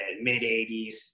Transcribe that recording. mid-80s